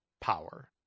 power